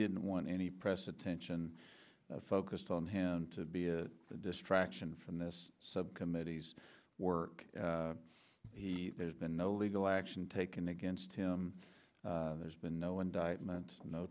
didn't want any press attention focused on him to be a distraction from this subcommittee's work he there's been no legal action taken against him there's been no indictment